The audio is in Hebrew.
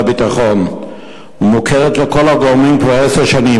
הביטחון ומוכרת לכל הגורמים כבר עשר שנים,